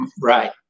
Right